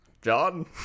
John